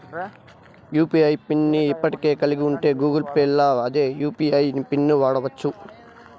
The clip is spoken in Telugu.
యూ.పీ.ఐ పిన్ ని ఇప్పటికే కలిగుంటే గూగుల్ పేల్ల అదే యూ.పి.ఐ పిన్ను వాడచ్చు